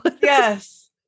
Yes